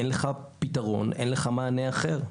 אין לך פיתרון, אין לך מענה אחר.